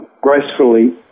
gracefully